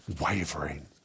wavering